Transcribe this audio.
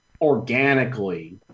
organically